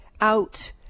out